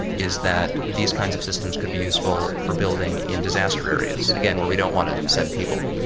is that these kinds of systems could be useful for building in disaster areas, again where we don't want to send people.